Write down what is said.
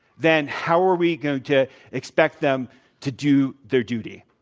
then how are we going to expect them to do their duty?